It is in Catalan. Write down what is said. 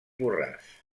borràs